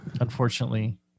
Unfortunately